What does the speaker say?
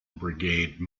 brigade